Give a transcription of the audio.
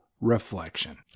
reflection